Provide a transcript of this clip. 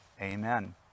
Amen